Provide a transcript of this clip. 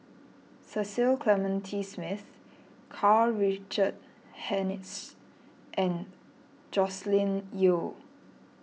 Cecil Clementi Smith Karl Richard Hanitsch and Joscelin Yeo